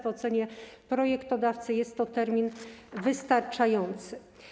W ocenie projektodawcy jest to termin wystarczający.